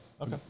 Okay